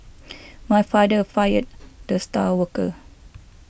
my father fired the star worker